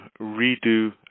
redo